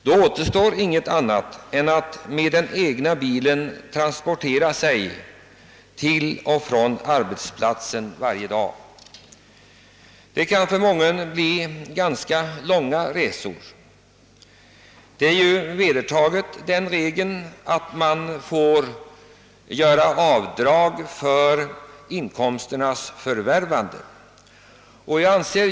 Då återstår för dem inget annat val än att med den egna bilen transportera sig till och från arbetsplatsen varje dag. Detta kan för mången bli ganska långa resor. Regeln att få göra avdrag för kostnad för inkomsternas förvärvande är ju vedertagen.